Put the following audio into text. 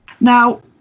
Now